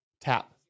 Tap